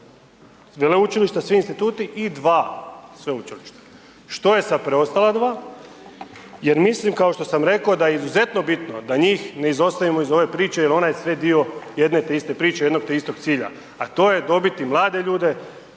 veleučilišta, svi instituti i dva sveučilišta. Što je sa preostala dva? Jer mislim kao što sam rekao da je izuzetno bitno da njih ne izostavimo iz ove priče jel ona je sve dio jedne te iste priče, jednog te istog cilja, a to je dobiti mlade ljude,